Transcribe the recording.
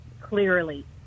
clearly